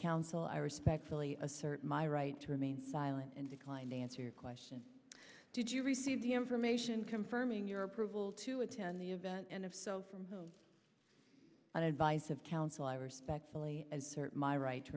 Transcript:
counsel i respectfully assert my right to remain silent and declined to answer your question did you receive the information confirming your approval to attend the event and of so from an advice of counsel i respectfully certain my right to